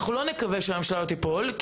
אנחנו לא נקווה שהממשלה תיפול.